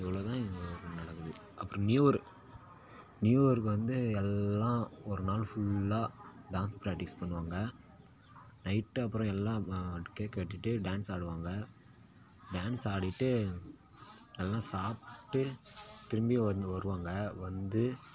இவ்வளோ தான் எங்கள் ஊர்ல நடக்குது அப்புறம் நியூஇயரு நியூஇயருக்கு வந்து எல்லாம் ஒரு நாள் ஃபுல்லா டேன்ஸ் ப்ராக்டிக்ஸ் பண்ணுவாங்கள் நைட்டு அப்புறம் எல்லாம் கேக்கு வெட்டிட்டு டேன்ஸ் ஆடுவாங்கள் டேன்ஸ் ஆடிகிட்டு நல்லா சாப்பிட்டு திரும்பியும் வந்து வருவாங்கள் வந்து